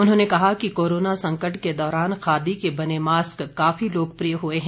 उन्होंने कहा कि कोरोना संकट के दौरान खादी के बने मास्क काफी लोकप्रिय हुए हैं